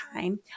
time